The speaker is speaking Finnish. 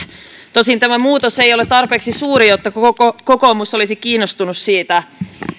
tosin tämä muutos ei ole tarpeeksi suuri jotta koko kokoomus olisi kiinnostunut siitä